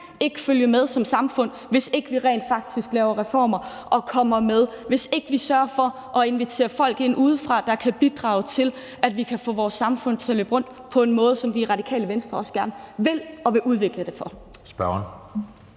ikke følge med som samfund, hvis ikke vi rent faktisk laver reformer og kommer med, hvis ikke vi sørger for at invitere folk ind udefra, der kan bidrage til, at vi kan få vores samfund til at løbe rundt på en måde, som vi i Radikale Venstre også gerne vil og vil udvikle det til.